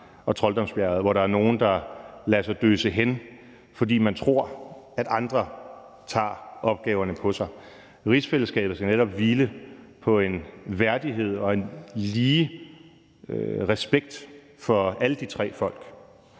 og »Trolddomsbjerget«, hvor der er nogen, der lader sig døse hen, fordi de tror, at andre tager opgaverne på sig. Rigsfællesskabet skal netop hvile på en værdighed og en lige respekt for alle de tre folk.